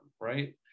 right